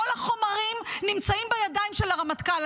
כל החומרים נמצאים בידיים של הרמטכ"ל.